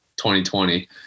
2020